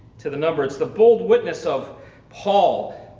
to the number. it's the bold witness of paul,